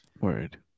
Word